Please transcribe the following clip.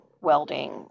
welding